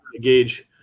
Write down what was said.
gauge